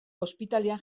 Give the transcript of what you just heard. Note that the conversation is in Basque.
ospitalean